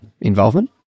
involvement